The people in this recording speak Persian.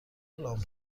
لامپ